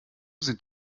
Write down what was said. sind